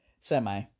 Semi